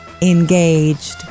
engaged